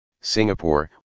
singapore